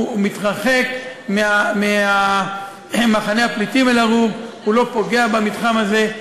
מתרחק ממחנה הפליטים אל-ערוב והוא לא פוגע במתחם הזה,